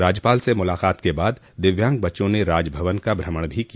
राज्यपाल से मुलाकात के बाद दिव्यांग बच्चों ने राजभवन का भ्रमण भी किया